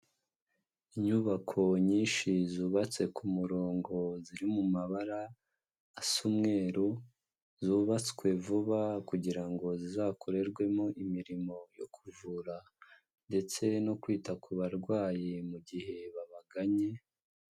Inyubako nyinshi zubatse ku murongo, ziri mu mabara asa umweru, zubatswe vuba kugira ngo zizakorerwemo imirimo yo kuvura ndetse no kwita ku barwayi mu gihe babaganye.